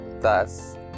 Thus